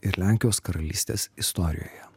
ir lenkijos karalystės istorijoje